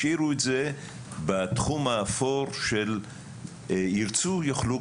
השאירו את זה בתחום האפור של "ירצו יוכלו",